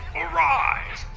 arise